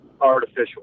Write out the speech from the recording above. artificial